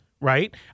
right